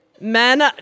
Men